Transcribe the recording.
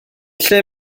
lle